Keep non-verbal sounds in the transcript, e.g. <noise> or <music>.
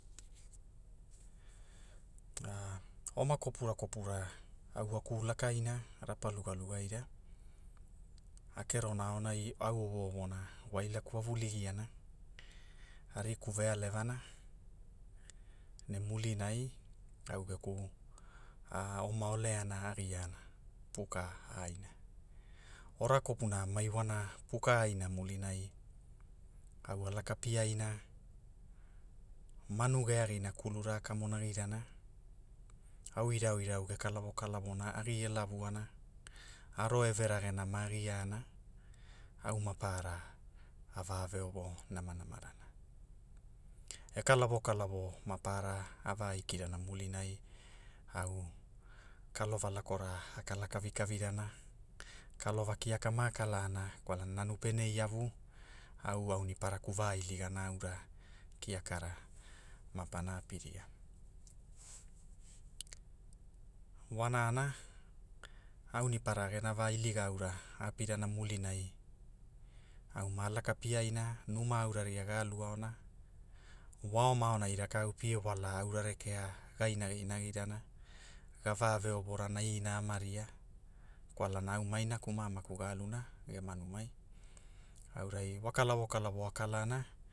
<hesitation> Oma kopura kopura, au a ku lakaina, rapalugaluga aira, a kerona aonai au owoowona wailaku a wuligiana, a riku vealevana, ne mulinai, au geku a- oma oleana a giana, puka a aina, ora kopuna ma iwana, puka aiina mulinai, au a laka piana, manu ge agina kulura a kumonagirana, au irauirau ge kalawo kalawo agi e lavuana, aro eve ragena maa giana, au maparra, ava ve ovo namanamarana. E kalawo kalawo mapara, a vaikirana mulinai, au kalova lakora, a kala kavi kavirana, kalova kiaka ma kalana kwalana nanu pene iavu, au auniparaku va- iliana aura kiakara, mapana api ria. Wanana, auni para gena va iliga aura a apirana mulinai, au ma laka piaina, numa aura ria ga alu aona, wa oma aona rakau pie wala rekea, ga inagi inagirana, ga va veovorana ina ama ria, kwalana au inaku ma amaku ga aluna, gema numai, aurai, wa kulavo kulavo ga kalana